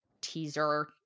teaser